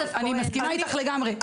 אני מסכימה איתך לגמרי.